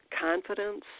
confidence